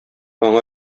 аңа